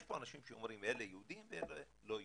יש אנשים שאומרים אלה יהודים ואלה לא יהודים,